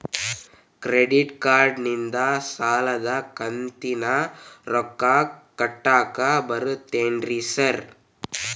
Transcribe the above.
Credit ಕಾರ್ಡನಿಂದ ಸಾಲದ ಕಂತಿನ ರೊಕ್ಕಾ ಕಟ್ಟಾಕ್ ಬರ್ತಾದೇನ್ರಿ ಸಾರ್?